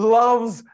loves